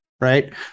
Right